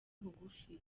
bugufi